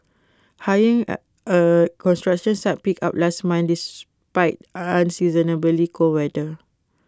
hiring at construction sites picked up last month despite unseasonably cold weather